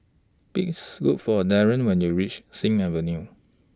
Please Look For Darryl when YOU REACH Sing Avenue